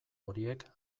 horiek